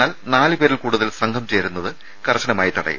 എന്നാൽ നാലുപേരിൽ കൂടുതൽ സംഘം ചേരുന്നത് കർശനമായി തടയും